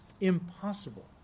impossible